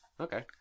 Okay